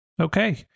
Okay